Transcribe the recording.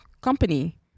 company